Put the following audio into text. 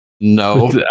No